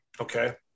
Okay